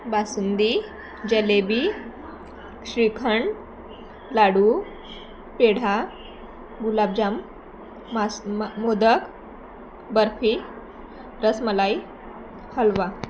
बासुंदी जिलेबी श्रीखंड लाडू पेढा गुलाबजाम मास मोदक बर्फी रसमलाई हलवा